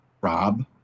Rob